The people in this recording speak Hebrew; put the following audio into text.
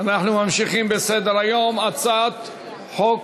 [הצעת חוק